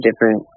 different